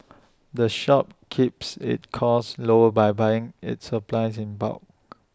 the shop keeps its costs lower by buying its supplies in bulk